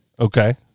Okay